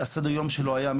סדר היום שלו היה,